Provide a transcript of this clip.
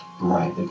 Right